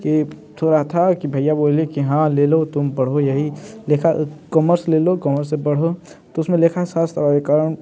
कि थोड़ा था कि भैया बोल कि हाँ ले लो तुम पढ़ो यही लेखा कॉमर्स ले लो कॉमर्स से पढ़ो तो उसमें लेखाशास्त्र और एक और